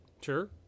Sure